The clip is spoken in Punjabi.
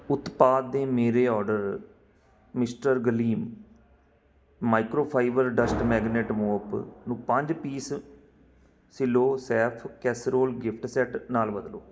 ਉਤਪਾਦ ਦੇ ਮੇਰੇ order Mr Glim microfiber dust magnet mop ਨੂੰ ਪੰਜ piece silo safe casserole gift set ਨਾਲ ਬਦਲੋ